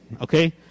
okay